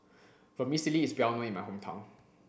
vermicelli is well known in my hometown